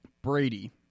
brady